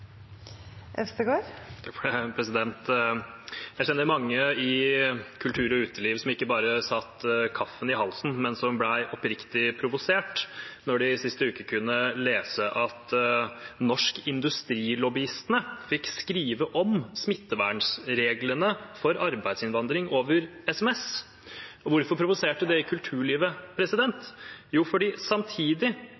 Jeg kjenner mange innen kultur og uteliv som ikke bare satte kaffen i halsen, men som ble oppriktig provosert da de sist uke kunne lese at Norsk Industri-lobbyistene fikk skrive om smittevernreglene for arbeidsinnvandring over SMS. Hvorfor provoserte det i kulturlivet?